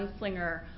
gunslinger